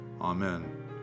Amen